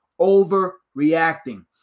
overreacting